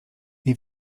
nie